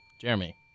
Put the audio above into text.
Jeremy